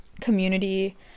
community